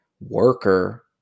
worker